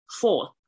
Fourth